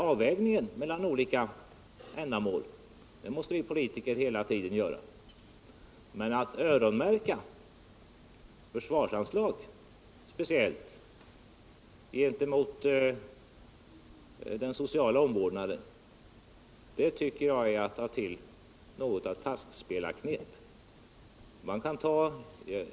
Avvägningen mellan olika ändamål måste vi politiker hela tiden göra, men att öronmärka försvarsanslag speciellt gentemot den sociala omvårdnaden tycker jag är att ta till taskspelarknep.